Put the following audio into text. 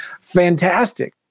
fantastic